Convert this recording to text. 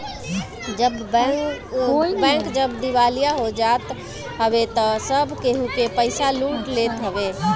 bank जब दिवालिया हो जात हवे तअ सब केहू के पईसा लूट लेत हवे